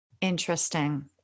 Interesting